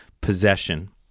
possession